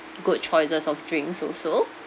good choices of drinks also